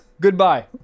Goodbye